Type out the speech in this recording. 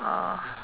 oh